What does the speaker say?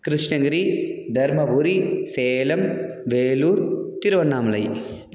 Krishnagiri Dharmapuri Salem Vellore Tiruvannamalai